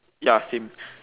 ya same